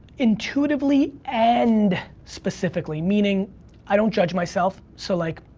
intuitively and specifically, meaning i don't judge myself. so like,